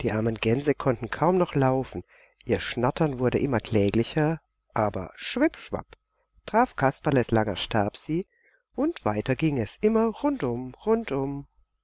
die armen gänse konnten kaum noch laufen ihr schnattern wurde immer kläglicher aber schwipp schwipp traf kasperles langer stab sie und weiter ging es immer rundum rundum